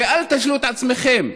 ואל תשלו את עצמכם,